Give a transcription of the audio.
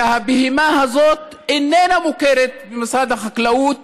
הוא שהבהמה הזאת איננה מוכרת במשרד החקלאות